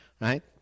right